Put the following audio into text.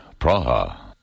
Praha